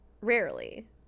Rarely